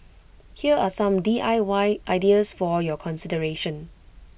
here are some D I Y ideas for your consideration